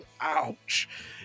Ouch